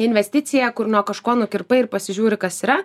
investicija kur nuo kažko nukirpai ir pasižiūri kas yra